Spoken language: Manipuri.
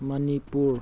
ꯃꯅꯤꯄꯨꯔ